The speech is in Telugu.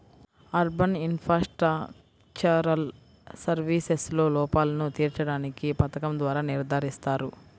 అర్బన్ ఇన్ఫ్రాస్ట్రక్చరల్ సర్వీసెస్లో లోపాలను తీర్చడానికి పథకం ద్వారా నిర్ధారిస్తారు